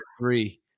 Three